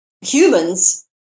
humans